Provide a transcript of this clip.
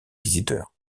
visiteurs